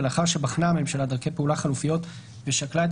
ולאחר שבחנה הממשלה דרכי פעולה חלופיות ושקלה את